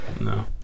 No